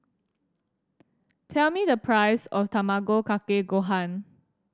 tell me the price of Tamago Kake Gohan